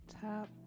Top